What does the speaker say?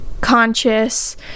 conscious